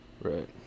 Right